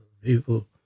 people